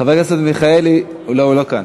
חבר הכנסת מיכאלי, הוא לא כאן?